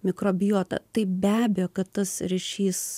mikrobiota tai be abejo kad tas ryšys